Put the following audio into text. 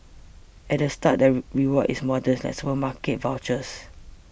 at the start the reward is modest like supermarket vouchers